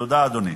תודה, אדוני.